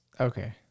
Okay